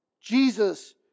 Jesus